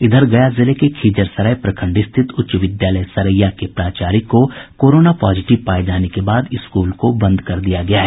इधर गया जिले के खिजरसराय प्रखंड रिथित उच्च विद्यालय सरैया के प्राचार्य को कोरोना पॉजिटिव पाये जाने के बाद स्कूल बंद कर दिया गया है